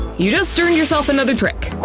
you just earned yourself another trick!